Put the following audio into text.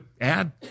add